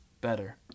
better